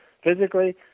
physically